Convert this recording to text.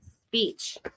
Speech